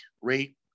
rate